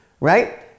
right